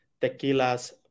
tequila's